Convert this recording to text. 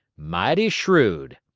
mighty shreud.